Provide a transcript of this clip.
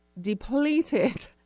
depleted